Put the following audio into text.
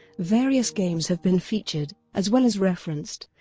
various games have been featured, as well as referenced,